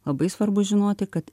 labai svarbu žinoti kad